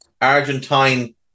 Argentine